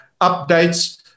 updates